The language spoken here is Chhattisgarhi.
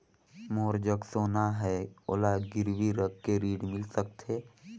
मोर जग सोना है ओला गिरवी रख के ऋण मिल सकथे?